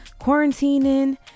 quarantining